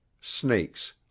snakes